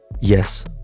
Yes